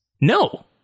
no